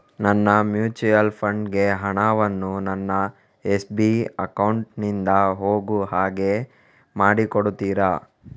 ನನ್ನ mutual fund ಗೆ ಹಣ ವನ್ನು ನನ್ನ ಎಸ್.ಬಿ ಅಕೌಂಟ್ ನಿಂದ ಹೋಗು ಹಾಗೆ ಮಾಡಿಕೊಡುತ್ತೀರಾ?